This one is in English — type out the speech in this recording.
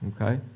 Okay